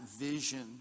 vision